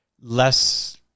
less